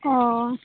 औ